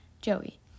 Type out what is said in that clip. Joey